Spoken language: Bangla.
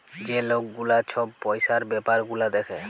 যে লক গুলা ছব পইসার ব্যাপার গুলা দ্যাখে